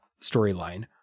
storyline